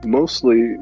mostly